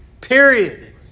Period